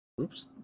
Oops